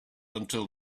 until